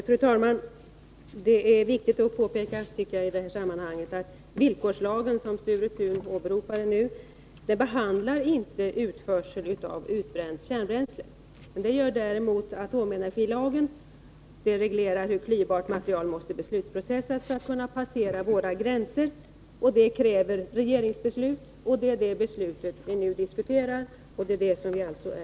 Fru talman! Jag tycker det är viktigt att i det här sammanhanget påpeka att villkorslagen, som Sture Thun åberopade, inte behandlar utförsel av utbränt kärnbränsle, men det gör däremot atomenergilagen. Den reglerar hante ringsgången för hur klyvbart material måste ”beslutsprocessas” för att få passera våra gränser, och detta kräver regeringsbeslut. Det är det beslutet vi nu diskuterar.